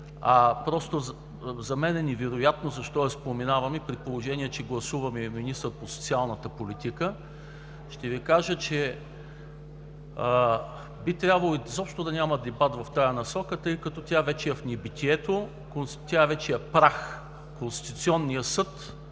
дъвка и за мен е невероятно защо я споменаваме, при положение че гласуваме министър по социалната политика, ще Ви кажа, че би трябвало изобщо да няма дебат в тази насока, тъй като тя вече е в небитието, тя вече е прах. Конституционният съд